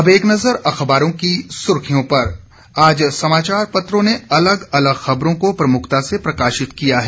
अब एक नज़र अखबारों की सुर्खियों पर आज समाचार पत्रों ने अलग अलग खबरों को प्रमुखता से प्रकाशित किया है